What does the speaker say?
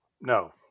No